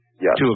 Yes